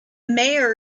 mayor